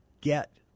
get